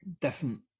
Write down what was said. different